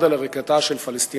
אחד על הריגתה של פלסטינית,